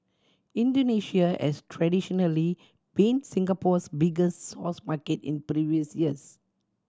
Indonesia has traditionally been Singapore's biggest source market in previous years